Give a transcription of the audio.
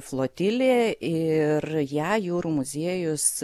flotilė ir ją jūrų muziejus